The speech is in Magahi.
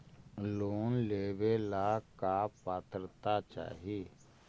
लोन लेवेला का पात्रता चाही?